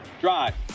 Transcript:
drive